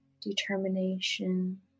determination